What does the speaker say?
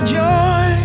joy